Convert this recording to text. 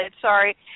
Sorry